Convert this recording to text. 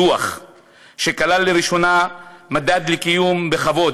דוח שכלל לראשונה מדד לקיום בכבוד,